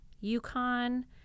Yukon